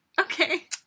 Okay